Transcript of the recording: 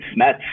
Smets